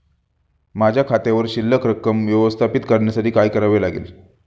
माझ्या खात्यावर शिल्लक रक्कम व्यवस्थापित करण्यासाठी काय करावे लागेल?